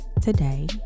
today